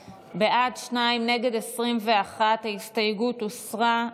בעד, שניים, נגד, 21. ההסתייגות הוסרה.